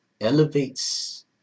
elevates